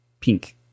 pink